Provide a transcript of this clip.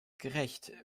gerecht